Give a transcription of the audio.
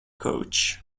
coach